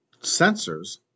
sensors